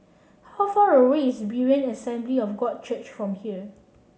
how far away is Berean Assembly of God Church from here